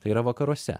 tai yra vakaruose